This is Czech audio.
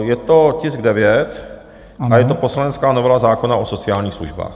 Je to tisk 9 a je to poslanecká novela zákona o sociálních službách.